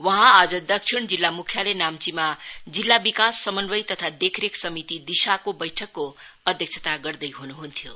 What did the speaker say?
वहाँ आज दक्षिण जिल्ला मुख्यालय नाम्चीमा जिल्ला विकास समन्वय तथा देखरेख समिति दिशाको बैठकको अध्यक्षता गर्दै हुनुहुन्थ्यो